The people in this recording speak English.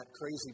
crazy